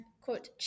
quote